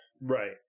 Right